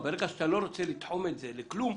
ברגע שאתה לא רוצה לתחום את זה כלל,